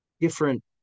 different